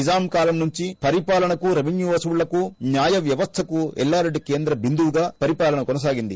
నిజాం కాలం నుంచి పరిపాలనకు రెవెన్యూ వసూళ్లకు న్యాయ వ్యవస్థకు ఎల్లారెడ్డి కేంద్ర బిందువుగా పరిపాలన కొనసాగింది